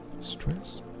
stress